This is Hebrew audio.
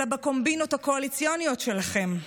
אלא בקומבינות הקואליציוניות שלכם,